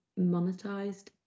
monetized